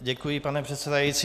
Děkuji, pane předsedající.